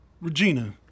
Regina